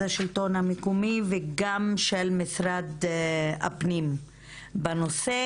השלטון המקומי וגם של משרד הפנים בנושא,